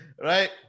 Right